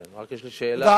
רק יש לי שאלה,